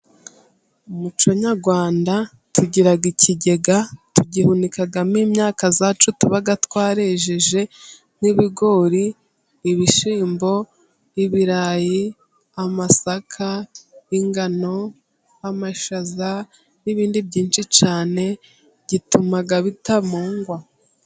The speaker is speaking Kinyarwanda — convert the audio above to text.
Mu muco Nyarwanda tugira ikigega, tugihunikamo imyaka yacu tuba twariyejereje: nk'ibigori, ibishyimbo, ibirayi, amasaka , ingano, amashaza ,n'ibindi byinshi cyane bituma bitamugwa.